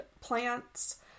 plants